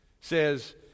says